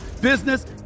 business